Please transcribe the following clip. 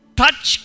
touch